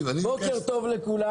בוקר טוב לכולם.